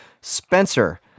spencer